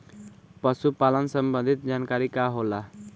पशु पालन संबंधी जानकारी का होला?